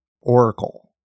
Oracle